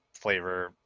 flavor